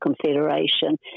Confederation